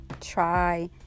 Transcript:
Try